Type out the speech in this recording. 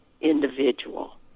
individual